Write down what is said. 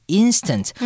instant